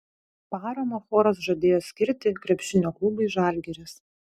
paramą choras žadėjo skirti krepšinio klubui žalgiris